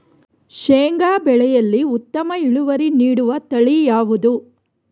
ಶೇಂಗಾ ಬೆಳೆಯಲ್ಲಿ ಉತ್ತಮ ಇಳುವರಿ ನೀಡುವ ತಳಿ ಯಾವುದು?